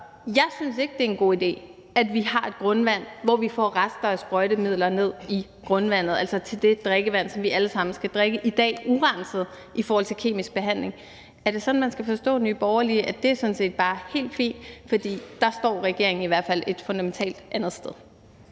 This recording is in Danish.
jeg synes ikke, det er en god idé, at vi får rester af sprøjtemidler ned i grundvandet, altså i det drikkevand, som vi alle sammen i dag drikker urenset, altså uden kemisk behandling. Skal man forstå Nye Borgerlige sådan, at det sådan set bare er helt fint at få det? Der står regeringen i hvert fald et fundamentalt andet sted.